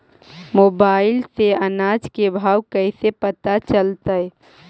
Mobile से अनाज के भाव कैसे पता चलतै?